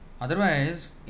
Otherwise